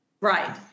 Right